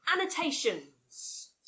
Annotations